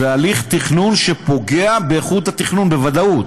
זה הליך תכנון שפוגע באיכות התכנון, בוודאות.